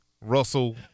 Russell